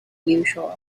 usual